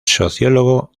sociólogo